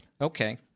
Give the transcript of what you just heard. Okay